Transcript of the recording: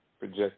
Project